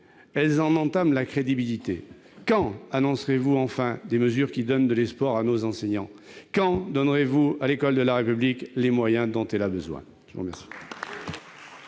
elles en entament la crédibilité. Quand annoncerez-vous enfin des mesures qui donnent de l'espoir à nos enseignants ? Quand donnerez-vous à l'école de la République les moyens dont elle a besoin ?